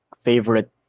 favorite